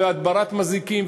הדברת מזיקים,